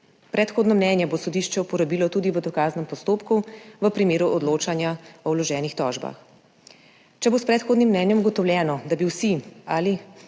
Predhodno mnenje bo sodišče uporabilo tudi v dokaznem postopku v primeru odločanja o vloženih tožbah. Če bo s predhodnim mnenjem ugotovljeno, da bi vsi ali